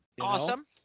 Awesome